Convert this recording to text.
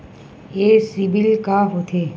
ये सीबिल का होथे?